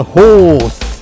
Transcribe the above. horse